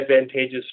advantageous